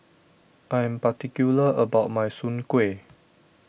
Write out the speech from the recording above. I'm particular about my Soon Kueh